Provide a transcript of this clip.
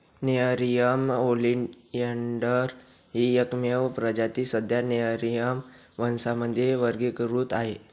Nerium oleander ही एकमेव प्रजाती सध्या नेरिअम वंशामध्ये वर्गीकृत आहे